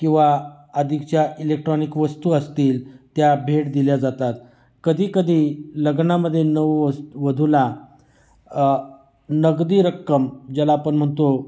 किंवा अधिकच्या इलेक्ट्रॉनिक वस्तू असतील त्या भेट दिल्या जातात कधीकधी लग्नामध्ये नऊ वस् वधूला नगदी रक्कम ज्याला आपण म्हणतो